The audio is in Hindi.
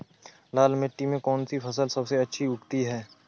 लाल मिट्टी में कौन सी फसल सबसे अच्छी उगती है?